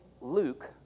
Luke